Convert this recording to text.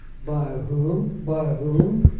by whom by whom?